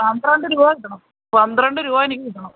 പന്ത്രണ്ട് രൂപ കിട്ടണം പന്ത്രണ്ട് രൂപ എനിക്ക് കിട്ടണം